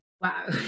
Wow